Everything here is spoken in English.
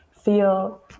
feel